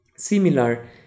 similar